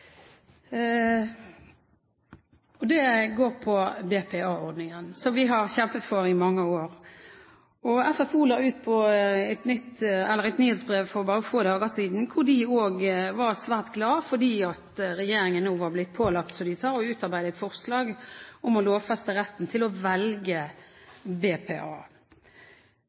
jeg. Det går på BPA-ordningen, som vi har kjempet for i mange år. FFO la frem et nyhetsbrev for bare få dager siden, hvor de også var svært glad fordi regjeringen nå var blitt pålagt, som de sa, å utarbeide et forslag om å lovfeste retten til å velge BPA.